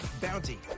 Bounty